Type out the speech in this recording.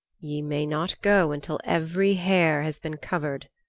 ye may not go until every hair has been covered,